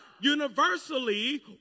Universally